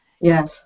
Yes